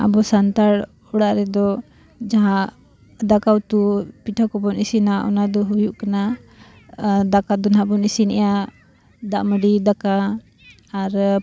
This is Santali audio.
ᱟᱵᱚ ᱥᱟᱱᱛᱟᱲ ᱚᱲᱟᱜ ᱨᱮᱫᱚ ᱡᱟᱦᱟᱸ ᱫᱟᱠᱟ ᱩᱛᱩ ᱯᱤᱴᱷᱟᱹ ᱠᱚᱵᱚᱱ ᱤᱥᱤᱱᱟ ᱚᱱᱟ ᱫᱚ ᱦᱩᱭᱩᱜ ᱠᱟᱱᱟ ᱫᱟᱠᱟ ᱫᱚ ᱱᱟᱦᱟᱜ ᱵᱚᱱ ᱤᱥᱤᱱᱮᱜᱼᱟ ᱫᱟᱜ ᱢᱟᱹᱰᱤ ᱫᱟᱠᱟ ᱟᱨ